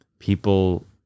People